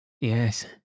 Yes